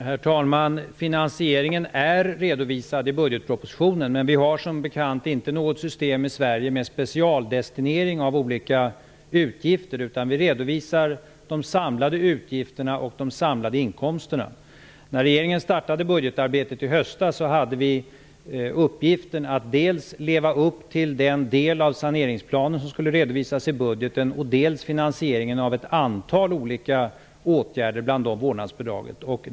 Herr talman! Finansieringen är redovisad i budgetpropositionen, men i Sverige har vi som bekant inte något system med specialdestinering av olika utgifter. Vi redovisar de samlade utgifterna och de samlade inkomsterna. När regeringen startade budgetarbetet i höstas hade vi uppgiften att dels leva upp till den del av saneringsplanen som skulle redovisas i budgeten, dels redovisa finansieringen av ett antal olika åtgärder, bland dem vårdnadsbidraget.